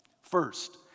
First